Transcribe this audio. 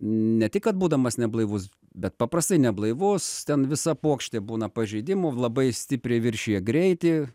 ne tik kad būdamas neblaivus bet paprastai neblaivus ten visa puokštė būna pažeidimų labai stipriai viršija greitį